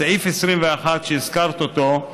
סעיף 21 שהזכרת אותו,